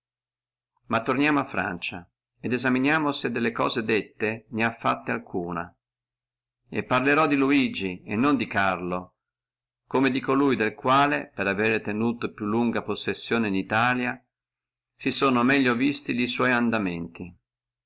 ma torniamo a francia et esaminiamo se delle cose dette ne ha fatta alcuna e parlerò di luigi e non di carlo come di colui che per avere tenuta più lunga possessione in italia si sono meglio visti e sua